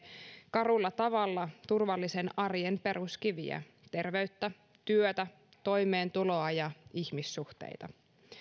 karulla tavalla turvallisen arjen peruskiviä terveyttä työtä ja toimeentuloa sekä ihmissuhteita